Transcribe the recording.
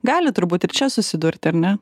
gali turbūt tik čia susidurti ar ne